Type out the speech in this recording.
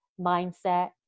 mindset